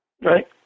Right